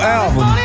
album